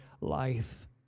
life